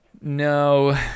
no